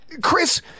Chris